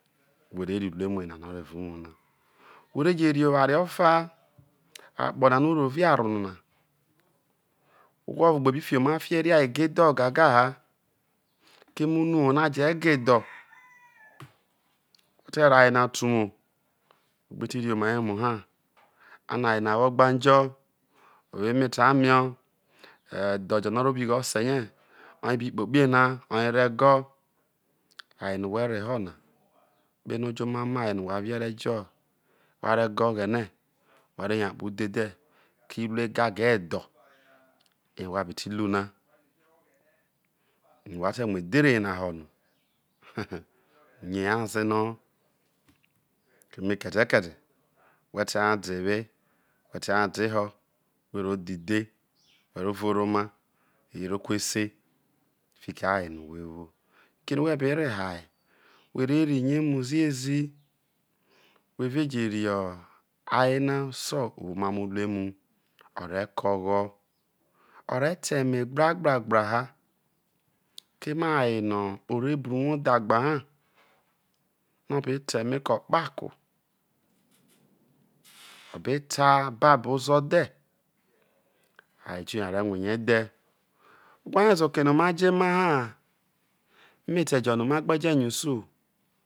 Whe re rri uvuemu na no o̱rro evau uwou na where je rri owore ofa okpo na no orovie aro na ohwo o̱vo gbe bi fioma ho̱ eria egedho̱gaga ha keme unuwou no̱ a je̱ gedho whe̱ te̱ reho̱ aye nate uwou whe̱ gbe ti rri omarie muha ano aye na wo̱ ogbanje o wo emete ame edho̱ jo̱ no̱ o̱ rro obo ighe ose rie oye bi kpokie na oye re̱ goe aye no̱ whe̱ reho na ukpeno o̱jo̱ emano aye whe̱ avie rejo whare go̱ oghene whare yo akpo vdhedhe ke iruo egago edho eye wha bi tiru na ye no̱ wha te muedhere yina hono hehe uye nyazeno keme ke̱de̱ whe te hai de ewe whe te hai de eho̱ whe ro dhe idhe whero uoro oma je ro kuese fiki aye no̱ whewo fiki ere no̱ whe be reho aye, where̱ rri rie mu ziezi whe re je ri aye na so̱ o wo omamo̱ uruemu o̱ re ke oghoi o re ta ime gbra gbra gbra ha keme aye no̱ ore bro uwa dagba ina no̱ o be̱ ta e̱me̱ ke̱ okpako o̱ beta ababo ozodhe̱ aye̱ fiona a re̱ rue rie dhe̱ o̱ wha rie zeno̱ ma rro jo̱ emaha emete jo̱ no̱ ma gbeje nyausu